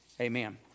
Amen